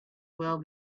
well